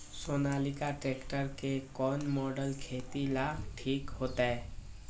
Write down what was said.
Sonalika tractor के कौन model खेती ला ठीक होतै?